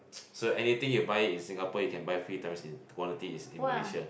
so anything you buy in Singapore you can buy three times in quantities in Malaysia